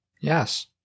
Yes